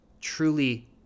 truly